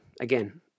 Again